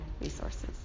resources